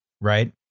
right